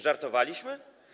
Żartowaliśmy?